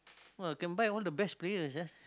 !wah! can buy all the best players ah